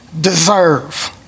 deserve